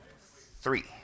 Three